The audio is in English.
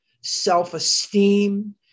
self-esteem